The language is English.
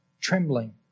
Trembling